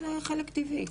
נטוורקינג זה חלק טבעי.